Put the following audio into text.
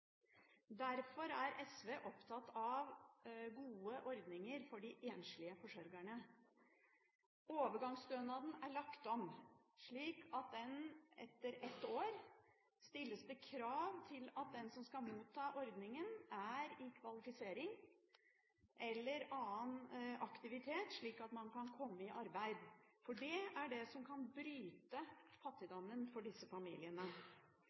Derfor er SV opptatt av gode ordninger for de enslige forsørgerne. Overgangsstønaden er lagt om, og etter ett år stilles det krav til at den som skal motta ordningen, er i kvalifisering eller annen aktivitet, slik at en kan komme i arbeid. Det er det som kan bryte fattigdommen for disse familiene.